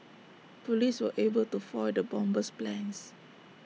Police were able to foil the bomber's plans